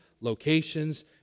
locations